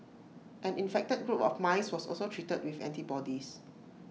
an infected group of mice was also treated with antibodies